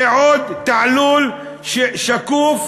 זה עוד תעלול שקוף,